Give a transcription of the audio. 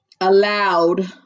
allowed